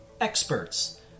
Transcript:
experts